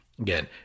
Again